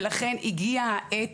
הגיעה העת